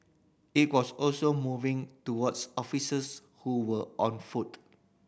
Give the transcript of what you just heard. it was also moving towards officers who were on foot